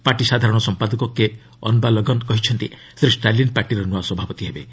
party ସାଧାରଣ ସମ୍ପାଦକ K Anbalagan କହିଛନ୍ତି ଶ୍ରୀ ଷ୍ଟାଲିନ୍ ପାର୍ଟିର ନୂଆ ସଭାପତି ହେବେ